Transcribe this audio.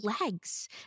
legs